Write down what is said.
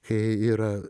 kai yra